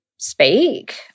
speak